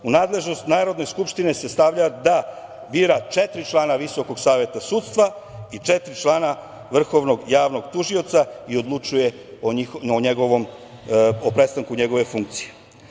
U nadležnost Narodne skupštine se stavlja da bira četiri člana Visokog saveta sudstva i četiri člana Vrhovnog javnog tužioca i odlučuje o prestanku njegove funkcije.